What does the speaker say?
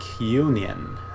Union